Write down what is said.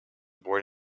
born